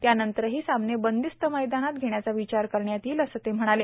त्यानंतरही सामने बंदिस्त मैदानात घेण्याचा विचार करण्यात येईल असे ते म्हणाले